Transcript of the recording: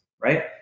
right